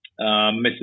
Mrs